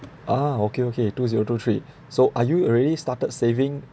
a'ah okay okay two zero two three so are you already started saving